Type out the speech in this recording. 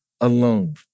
alone